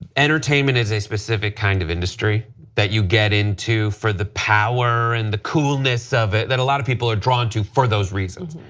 entertainment is a specific kind of industry that you get into for the power and the coolness of it that a lot of people are drawn to for those reasons.